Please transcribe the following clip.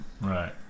Right